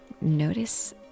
Notice